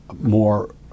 more